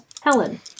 Helen